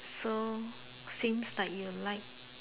so since like you like